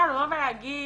עכשיו לבוא ולהגיד,